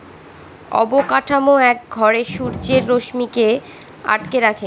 অবকাঠামো এক ঘরে সূর্যের রশ্মিকে আটকে রাখে